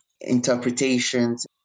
interpretations